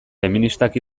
feministak